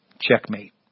Checkmate